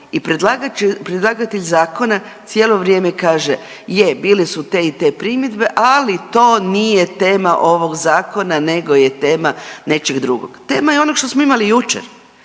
i predlagatelj zakona cijelo vrijeme kaže, je bile su te i te primjedbe, ali to nije tema ovog zakona nego je tema nečeg drugog. Tema je onog što smo imali jučer,